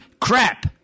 crap